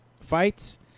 fights